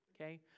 Okay